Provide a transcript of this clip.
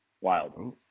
wild